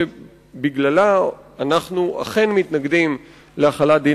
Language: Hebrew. שאנחנו אכן מתנגדים להחלת דין